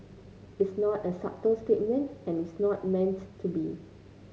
it's not a subtle statement and it's not meant to be